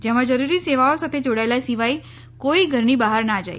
જેમાં જરૂરી સેવાઓ સાથે જોડાયેલા સિવાય કોઇ ઘરની બહાર ના જાય